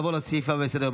נעבור לסעיף הבא בסדר-היום,